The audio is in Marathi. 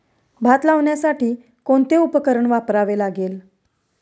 भात लावण्यासाठी कोणते उपकरण वापरावे लागेल?